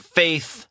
faith